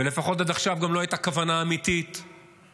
ולפחות עד עכשיו גם לא הייתה כוונה אמיתית להציל,